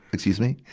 excuse me?